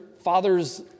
Father's